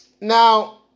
Now